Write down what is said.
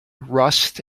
rust